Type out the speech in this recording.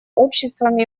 обществами